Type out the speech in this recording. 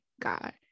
God